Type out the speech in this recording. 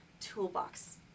toolbox